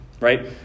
right